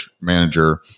manager